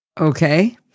Okay